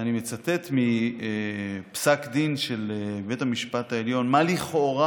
אני מצטט מפסק דין של בית המשפט העליון, מה לכאורה